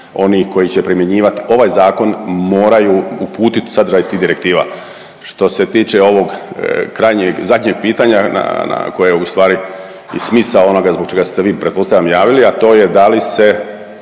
oni koji će primjenjivati ovaj zakon moraju uputiti sadržaj tih direktiva. Što se tiče ovog krajnjeg, zadnjeg pitanja koje je u stvari i smisao onoga zbog čega ste vi pretpostavljam javili, a to je da li se